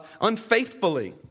unfaithfully